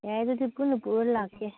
ꯌꯥꯏ ꯑꯗꯨꯗꯤ ꯄꯨꯟꯅ ꯄꯨꯔ ꯂꯥꯛꯀꯦ